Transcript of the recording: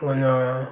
கொஞ்சம்